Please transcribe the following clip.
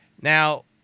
Now